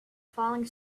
falling